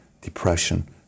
depression